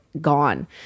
gone